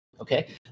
Okay